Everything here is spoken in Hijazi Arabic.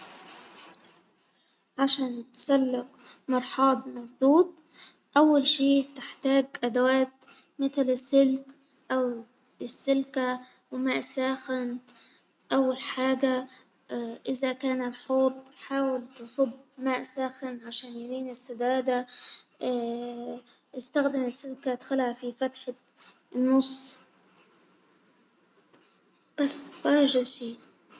عشان تسلك مرحاض مشدود، أول شيء تحتاج أدوات متل السلك أو السلكة وماء ساخن، أول حاجة إذا كان الحوض حاول تصب ماء ساخن عشان تلين السدادة، استخدم السلك أتخلع في فتحة النص ده كل شئ.